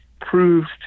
proved